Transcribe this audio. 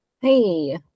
Hey